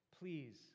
Please